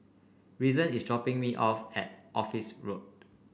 Reason is dropping me off at Office Road